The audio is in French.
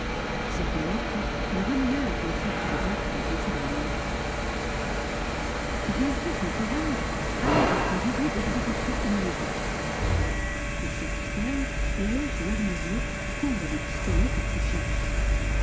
cette lettre le ramena à la pensée de se battre avec m valenod bientôt son courage alla jusqu'aux idées d'exécution immédiate il sortit seul et alla chez l'armurier prendre des pistolets qu'il fit charger